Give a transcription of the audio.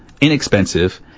inexpensive